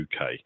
uk